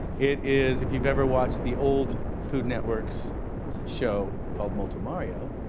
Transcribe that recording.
it is, if you've ever watched the old food network's show called molto mario,